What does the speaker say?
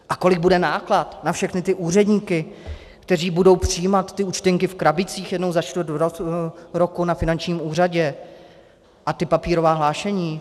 A kolik bude náklad na všechny ty úředníky, kteří budou přijímat ty účtenky v krabicích jednou za čtvrt roku na finančním úřadě, a ta papírová hlášení?